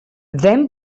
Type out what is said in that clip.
δεν